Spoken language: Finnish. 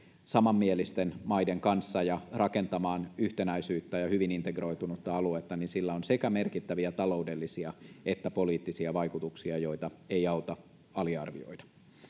samanmielisten maiden kanssa ja rakentamaan yhtenäisyyttä ja hyvin integroitunutta aluetta on sekä merkittäviä taloudellisia että poliittisia vaikutuksia joita ei auta aliarvioida